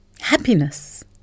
Happiness